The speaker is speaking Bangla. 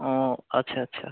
ও আচ্ছা আচ্ছা